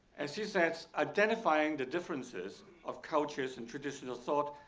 as he says, identifying the differences of cultures and traditional thought,